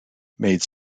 made